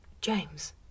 James